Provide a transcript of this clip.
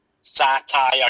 satire